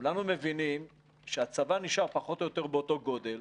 כולנו מבינים שהצבא נשאר פחות או באותו גודל,